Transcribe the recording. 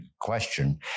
question